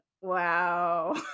Wow